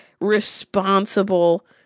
responsible